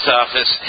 office